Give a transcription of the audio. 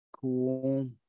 cool